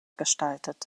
gestaltet